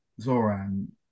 Zoran